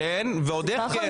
כן ועוד איך.